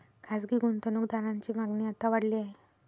खासगी गुंतवणूक दारांची मागणी आता वाढली आहे